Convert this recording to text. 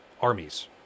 armies